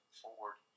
forward